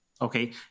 Okay